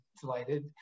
delighted